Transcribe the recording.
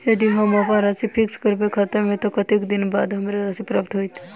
यदि हम अप्पन राशि फिक्स करबै खाता मे तऽ कत्तेक दिनक बाद हमरा राशि प्राप्त होइत?